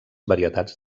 varietats